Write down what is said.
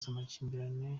z’amakimbirane